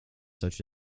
such